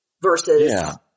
versus